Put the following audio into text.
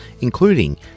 including